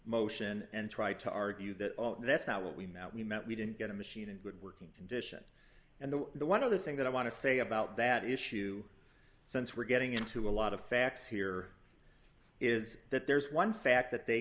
motion and try to argue that that's how we met we met we didn't get a machine in good working condition and though the one of the thing that i want to say about that issue since we're getting into a lot of facts here is that there's one fact that they